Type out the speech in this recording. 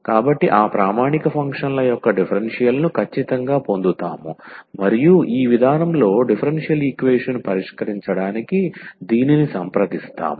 కాబట్టి ఆ ప్రామాణిక ఫంక్షన్ల యొక్క డిఫరెన్షియల్ ను ఖచ్చితంగా పొందుతాము మరియు ఈ విధానంలో డిఫరెన్షియల్ ఈక్వేషన్ పరిష్కరించడానికి దీనిని సంప్రదిస్తాము